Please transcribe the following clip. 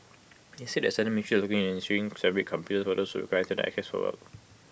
IT is said that certain ministries are looking into issuing separate computers those who require Internet access for work